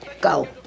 Go